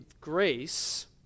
grace